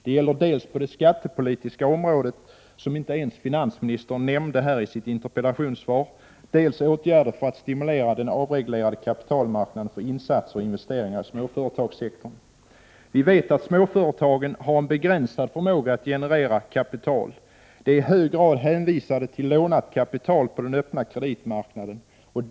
Det gäller dels åtgärder på det skattepolitiska området, som finansministern inte ens nämnde i sitt interpellationssvar, dels åtgärder för att stimulera den avreglerade kapitalmarknaden till insatser och investeringar i småföretagssektorn. Vi vet att småföretagen har begränsad förmåga att generera kapital. De är i hög grad hänvisade till kapital lånat på den öppna kreditmarknaden.